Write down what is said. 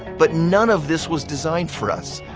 but none of this was designed for us.